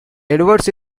edwards